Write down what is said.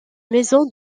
maison